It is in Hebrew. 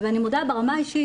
ואני מודה ברמה האישית,